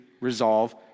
resolve